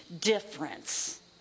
difference